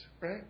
right